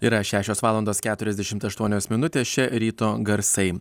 yra šešios valandos keturiasdešimt aštuonios minutės čia ryto garsai